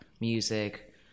music